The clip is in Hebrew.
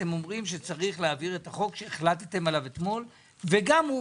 אתם אומרים שצריך להעביר את החוק שהחלטתם עליו אתמול וגם הוא